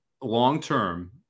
long-term